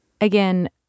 Again